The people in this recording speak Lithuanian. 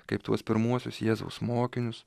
kaip tuos pirmuosius jėzaus mokinius